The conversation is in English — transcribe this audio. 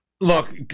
Look